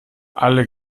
alle